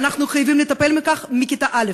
אנחנו חייבים לטפל בכך מכיתה א'.